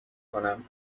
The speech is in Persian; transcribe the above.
کنم